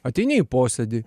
ateini į posėdį